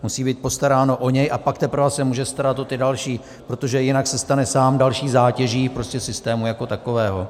Musí být postaráno o něj, a pak teprve se může starat o ty další, protože jinak se stane sám další zátěží prostě systému jako takového.